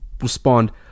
respond